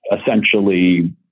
essentially